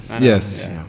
Yes